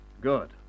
Good